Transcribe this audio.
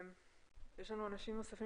יש לנו אנשים נוספים